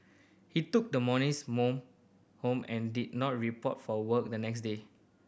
he took the monies home and did not report for work the next day